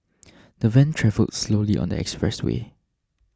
the van travelled slowly on the expressway